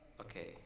okay